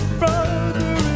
brother